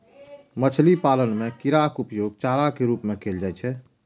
मछली पालन मे कीड़ाक उपयोग चारा के रूप मे कैल जाइ छै